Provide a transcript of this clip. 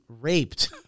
raped